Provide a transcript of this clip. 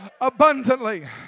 abundantly